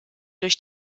durch